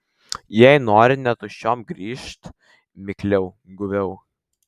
jei nori ne tuščiom grįžt mikliau guviau